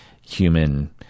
human